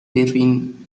between